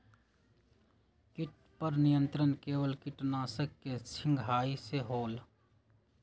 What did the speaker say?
किट पर नियंत्रण केवल किटनाशक के छिंगहाई से होल?